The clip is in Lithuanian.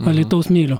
alytaus myliu